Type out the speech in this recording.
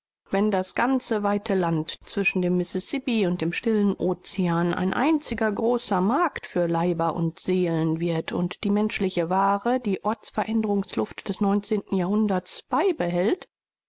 wenn all das weite land zwischen dem mississippi und dem stillen ocean ein großer markt für körper und seelen wird und menschliches eigenthum die locomotiven tendenzen des neunzehnten jahrhunderts beibehält